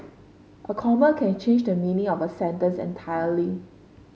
a comma can change the meaning of a sentence entirely